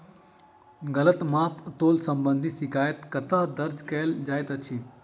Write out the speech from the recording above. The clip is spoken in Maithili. गलत माप तोल संबंधी शिकायत कतह दर्ज कैल जाइत अछि?